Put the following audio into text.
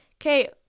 Okay